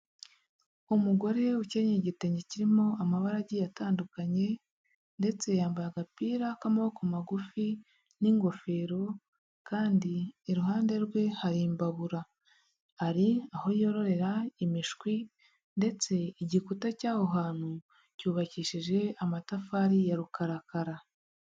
Umugore ukenyeye igitenge kirimo amabara agiye atandukanye, ndetse yambaye agapira k'amaboko magufi n'ingofero, kandi iruhande rwe hari imbabura, ari aho yororera imishwi, ndetse igikuta cy'aho hantu cyubakishije amatafari ya rukarakara.